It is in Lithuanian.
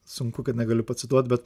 sunku kad negaliu pacituot bet